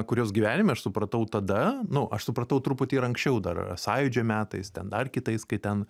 kuriuos gyvenime aš supratau tada nu aš supratau truputį ir anksčiau dar sąjūdžio metais ten dar kitais kai ten